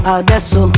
adesso